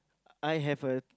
I have a